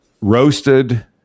roasted